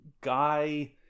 guy